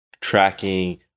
tracking